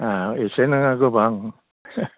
एसे नोङा गोबां